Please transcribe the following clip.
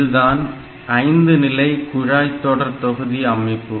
இதுதான் 5 நிலை குழாய்தொடர்தொகுதி அமைப்பு